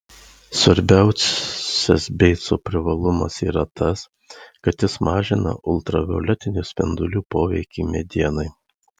svarbiausias beico privalumas yra tas kad jis mažina ultravioletinių spindulių poveikį medienai